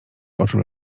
oczu